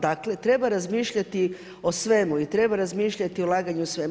Dakle treba razmišljati o svemu i treba razmišljati o ulaganju u svemu.